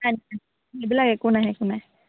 এইবিলাকে একো নাই একো নাই